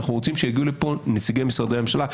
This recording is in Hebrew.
אנחנו רוצים שיגיעו לפה נציגי משרדי הממשלה,